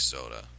Soda